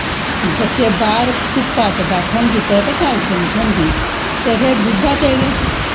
बच्चे बाह्र धुप्पा च बैठन किते ते कैलशियम थ्होंदी ते फिर दुध्दा ते गै